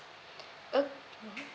o~